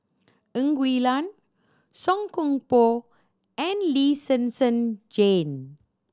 Ng Huee Lam Song Koon Poh and Lee Sen Sen Jane